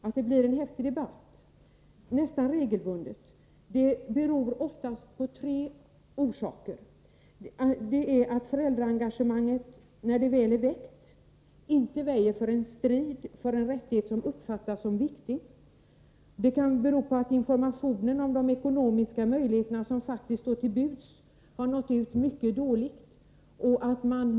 Att det nästan regelbundet sker beror i regel på följande tre saker: När föräldraengagemanget väl är väckt, väjer det inte för en strid för en rättighet som uppfattas som viktig. Informationen om de ekonomiska möjligheter som faktiskt står till buds har nått ut mycket dåligt.